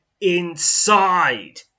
inside